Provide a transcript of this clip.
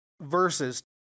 verses